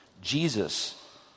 Jesus